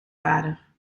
vader